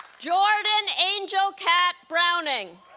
jordan angel kat browning